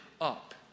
up